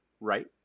right